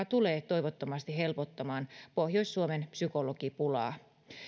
tulee toivottavasti helpottamaan pohjois suomen psykologipulaa